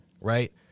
Right